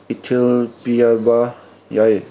ꯏꯊꯤꯜ ꯄꯤꯔꯕ ꯌꯥꯏ